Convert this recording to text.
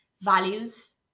values